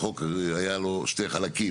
החוק היו לו שני חלקים.